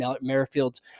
Merrifield's